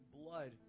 blood